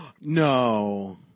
No